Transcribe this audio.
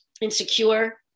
insecure